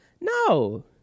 No